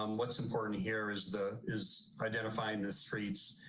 um what's important here is the is identifying the streets.